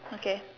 okay